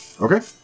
Okay